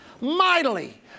mightily